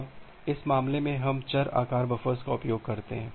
अब इस मामले में हम चर आकार बफ़र्स का उपयोग करते हैं